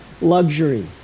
luxury